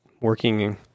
working